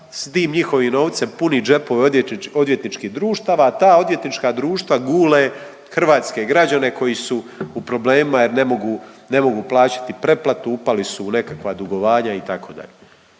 s tim njihovim novcem puni džepove odvjetničkih društava, ta odvjetnička društva gule hrvatske građane koji su u problemima jer ne mogu, ne mogu plaćati pretplatu, upali su u nekakva dugovanja, itd.